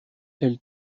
elle